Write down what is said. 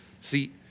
See